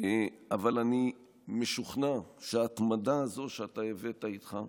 אבל אני משוכנע שההתמדה הזו שאתה הבאת איתך,